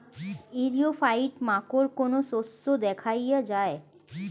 ইরিও ফাইট মাকোর কোন শস্য দেখাইয়া যায়?